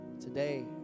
Today